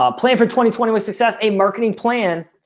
ah plan for twenty twenty with success a marketing plan